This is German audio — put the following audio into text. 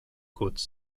kurz